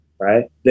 right